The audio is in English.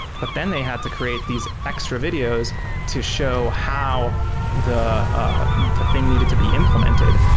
but then they had to create these extra videos to show how the ah the thing needed to be implemented.